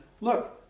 look